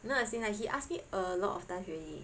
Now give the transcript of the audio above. no as in like he ask me a lot of times already